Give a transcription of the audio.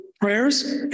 prayers